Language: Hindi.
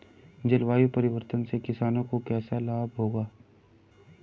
जलवायु परिवर्तन से किसानों को कैसे लाभ होगा?